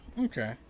Okay